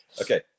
Okay